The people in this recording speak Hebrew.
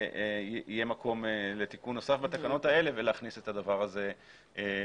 יהיה מקום לתיקון נוסף בתקנות האלה ולהכניס את הדבר הזה למסגרת.